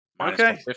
Okay